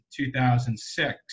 2006